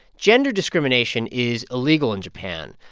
gender discrimination is illegal in japan,